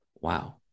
wow